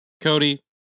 Cody